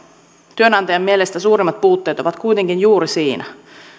työnantajien mielestä suurimmat puutteet ovat kuitenkin juuri siinä